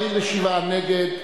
נגד,